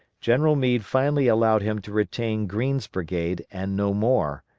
general meade finally allowed him to retain greene's brigade, and no more,